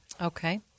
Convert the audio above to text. Okay